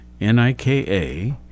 N-I-K-A